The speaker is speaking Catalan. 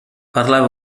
parlava